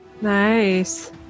Nice